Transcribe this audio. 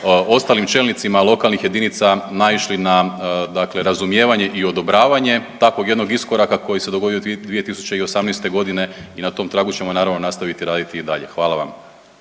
ostalim čelnicima lokalnih jedinica naišli na, dakle razumijevanje i odobravanje takvog jednog iskoraka koji se dogodio 2018. godine i na tom tragu ćemo naravno nastaviti raditi i dalje. Hvala vam.